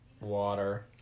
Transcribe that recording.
Water